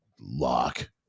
lock